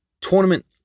tournament